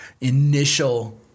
initial